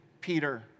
Peter